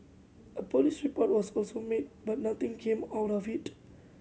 a police report was also made but nothing came out of it